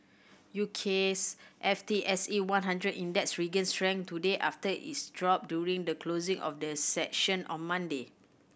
U K's F T S E one hundred Index regained strength today after its drop during the closing of the session on Monday